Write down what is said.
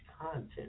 content